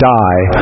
die